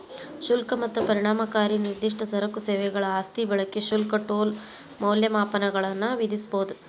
ಶುಲ್ಕ ಮತ್ತ ಪರಿಣಾಮಕಾರಿ ನಿರ್ದಿಷ್ಟ ಸರಕು ಸೇವೆಗಳ ಆಸ್ತಿ ಬಳಕೆ ಶುಲ್ಕ ಟೋಲ್ ಮೌಲ್ಯಮಾಪನಗಳನ್ನ ವಿಧಿಸಬೊದ